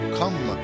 come